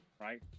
right